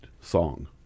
song